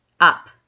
up